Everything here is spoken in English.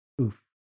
Oof